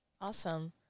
Awesome